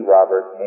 Robert